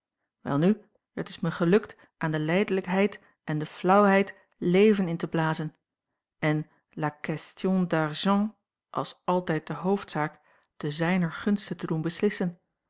welnu het is mij gelukt aan de lijdelijkheid en de flauwheid leven in te blazen en la question d'argent als altijd de hoofdzaak te zijner gunste te doen beslissen